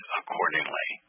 accordingly